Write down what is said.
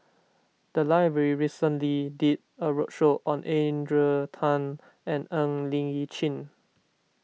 the library recently did a roadshow on Adrian Tan and Ng Li Chin